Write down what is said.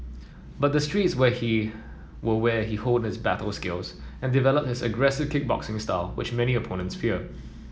but the streets why he were where he honed his battle skills and developed his aggressive kickboxing style which many opponents fear